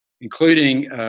including